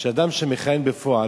שאדם שמכהן בפועל,